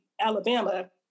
Alabama